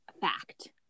fact